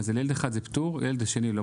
אז ילד אחד זה פטור והילד השני לא,